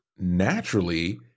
naturally